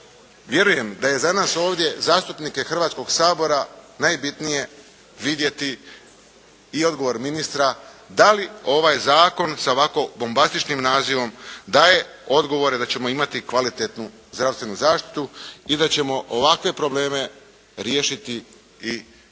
vjerujem da je za nas ovdje zastupnike Hrvatskog sabora najbitnije vidjeti i odgovor ministra da li ovaj Zakon sa ovako bombastičnim nazivom daje odgovore da ćemo imati kvalitetnu zdravstvenu zaštitu i da ćemo ovakve probleme riješiti i rješavati.